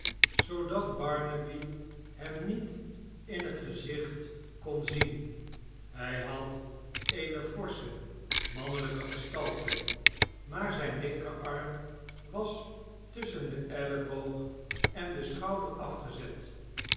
zoodat barnaby heia niet in het gezicht kon zien hij had eene forsche mannelijke gestalte maar zijn linkerarm was tusschen den elleboog en den schouder afgezet